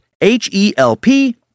H-E-L-P